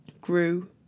grew